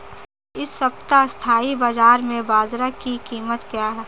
इस सप्ताह स्थानीय बाज़ार में बाजरा की कीमत क्या है?